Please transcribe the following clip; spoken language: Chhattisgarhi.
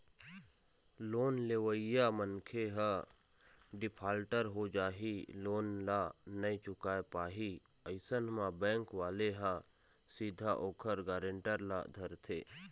लोन लेवइया मनखे ह डिफाल्टर हो जाही लोन ल नइ चुकाय पाही अइसन म बेंक वाले ह सीधा ओखर गारेंटर ल धरथे